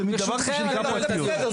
בסדר.